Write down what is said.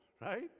right